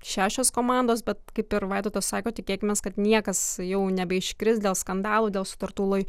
šešios komandos bet kaip ir vaidotas sako tikėkimės kad niekas jau nebeiškris dėl skandalų dėl sutartų lai